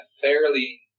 fairly